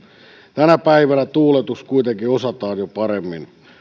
tänä päivänä tuuletus kuitenkin osataan jo paremmin